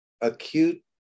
acute